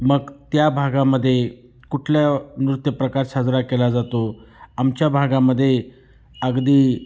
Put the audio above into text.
मग त्या भागामध्ये कुठल्या नृत्यप्रकार साजरा केला जातो आमच्या भागामध्ये अगदी